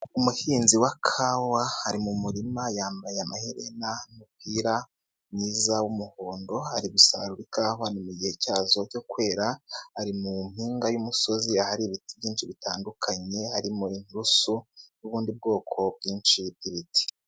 Umuhinzi wa kawa ari mu murima yambaye amaherena n'umupira mwiza w'umuhondo ari gusarura ikawa ni mu gihe cyazo cyo kwera ari mu mpinga y'umusozi ahari ibiti byinshi bitandukanye, hari inunsu n'ubundi bwoko bwinshi bw'ibiti.